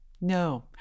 no